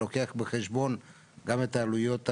שלוקח בחשבון גם את עלויות -- לא,